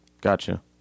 Gotcha